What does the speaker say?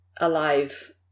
alive